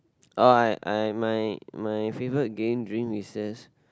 oh I I my my favourite game drink is this